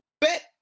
bet